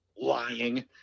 lying